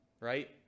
right